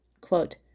Quote